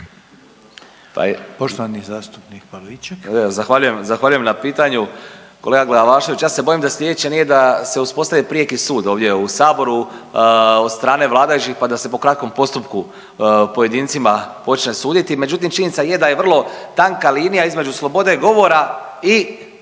poštovani zastupnik Erik